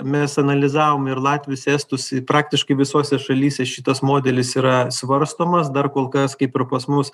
mes analizavom ir latvius estus praktiškai visose šalyse šitas modelis yra svarstomas dar kolkas kaip ir pas mus